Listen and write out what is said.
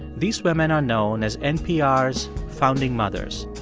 these women are known as npr's founding mothers.